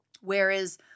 Whereas